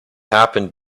happened